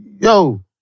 yo